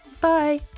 bye